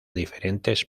diferentes